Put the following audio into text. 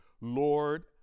Lord